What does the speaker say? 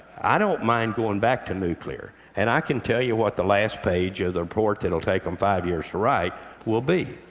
i don't mind going back to nuclear. and i can tell you what the last page of the report that will take them five years to write will be.